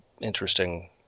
interesting